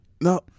No